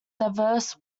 diverse